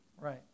right